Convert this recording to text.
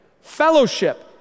Fellowship